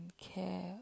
care